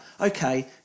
okay –